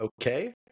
okay